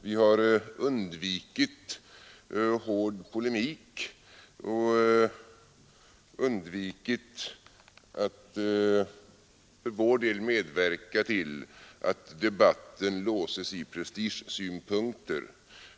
Vi har undvikit hård polemik och undvikit att för vår del medverka till att debatten låses i prestigesynpunkter.